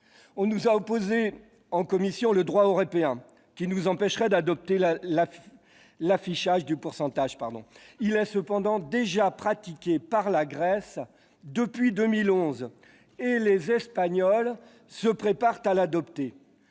on nous a opposé le droit européen, qui nous empêcherait d'adopter l'affichage du pourcentage. Or il est déjà pratiqué par la Grèce depuis 2011 et les Espagnols se préparent à l'adopter